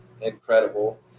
incredible